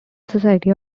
society